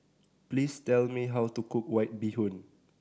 please tell me how to cook White Bee Hoon